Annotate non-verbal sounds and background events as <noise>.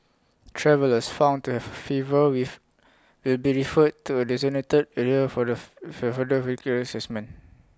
travellers found to have A fever with will be referred to A designated area for the <hesitation> for further recreate Assessment